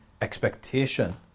expectation